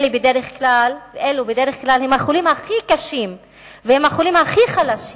בדרך כלל החולים הכי קשים והחולים הכי חלשים